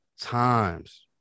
times